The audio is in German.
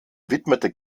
widmete